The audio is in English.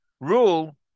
rule